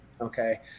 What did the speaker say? Okay